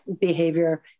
behavior